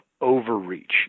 overreach